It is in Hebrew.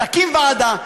תקים ועדה,